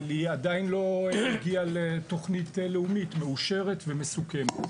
אבל היא עדיין לא הגיעה לתוכנית לאומית מאושרת ומסוכמת.